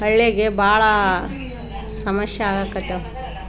ಹಳ್ಯಾಗೆ ಬಹಳ ಸಮಸ್ಯೆ ಆಗಾಕ್ಕತ್ತಾವ